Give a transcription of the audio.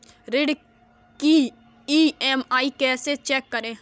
ऋण की ई.एम.आई कैसे चेक करें?